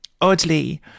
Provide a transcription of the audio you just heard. oddly